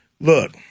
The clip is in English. Look